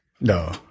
No